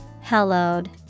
Hallowed